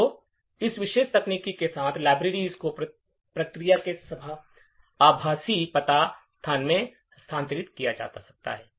तो इस विशेष तकनीक के साथ लाइब्रेरी को प्रक्रिया के आभासी पता स्थान में स्थानांतरित किया जा सकता है